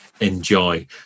enjoy